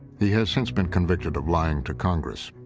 he has since been convicted of lying to congress.